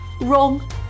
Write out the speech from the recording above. wrong